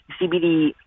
CBD